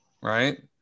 right